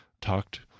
talked